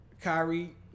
Kyrie